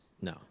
No